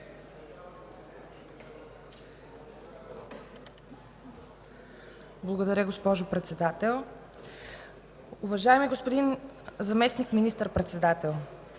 Благодаря, госпожо Председател. Уважаеми господин Заместник министър-председател!